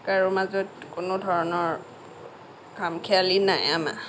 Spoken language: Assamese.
কাৰো মাজত কোনো ধৰণৰ খাম খেয়ালি নাই আমাৰ